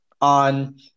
On